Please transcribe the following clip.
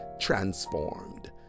transformed